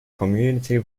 community